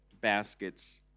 baskets